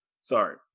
sorry